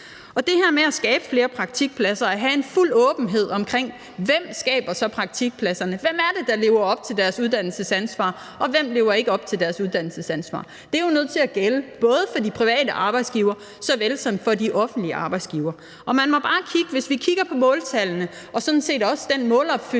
det her med at skabe flere praktikpladser og have fuld åbenhed om, hvem der så skaber praktikpladserne, hvem der lever op til deres uddannelsesansvar, og hvem der ikke lever op til deres uddannelsesansvar, er jo nødt til at gælde både for de private arbejdsgivere og for de offentlige arbejdsgivere. Hvis vi kigger på måltallene og sådan set også på den målopfyldelse